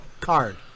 card